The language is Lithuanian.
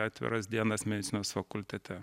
atviras dienas medicinos fakultete